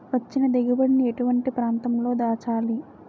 వచ్చిన దిగుబడి ని ఎటువంటి ప్రాంతం లో దాచాలి?